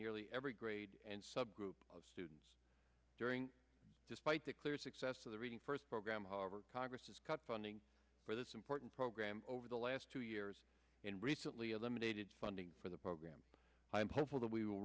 nearly every grade and subgroup of students during despite the clear success of the reading first program however congress has cut funding for this important program over the last two years and recently eliminated funding for the program i am hopeful that we will